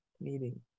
meeting